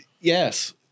Yes